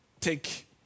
take